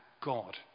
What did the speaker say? God